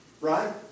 Right